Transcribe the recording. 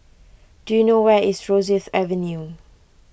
do you know where is Rosyth Avenue